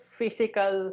physical